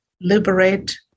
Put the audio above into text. liberate